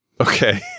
okay